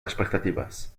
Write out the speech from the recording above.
expectatives